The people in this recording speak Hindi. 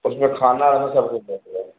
उसमे खाना